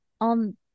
on